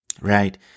right